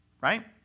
right